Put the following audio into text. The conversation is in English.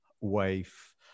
wife